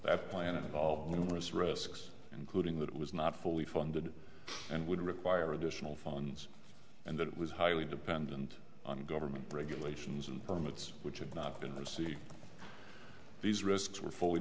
that planet involved numerous risks including that it was not fully funded and would require additional funds and that it was highly dependent on government regulations and permits which had not been there see these risks were fully